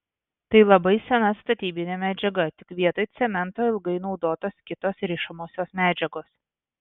tai labai sena statybinė medžiaga tik vietoj cemento ilgai naudotos kitos rišamosios medžiagos